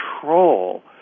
control